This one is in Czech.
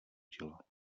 děla